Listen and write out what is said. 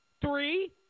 Three